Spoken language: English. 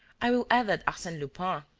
i will add that arsene lupin,